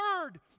word